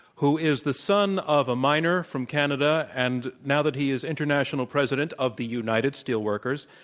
who is the son of a miner from canada. and now that he is international president of the united steel workers,